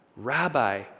Rabbi